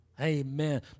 Amen